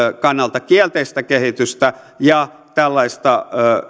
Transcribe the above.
kannalta kielteistä kehitystä ja tällaista